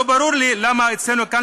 לא ברור לי למה אצלנו כאן,